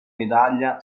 medaglia